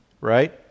right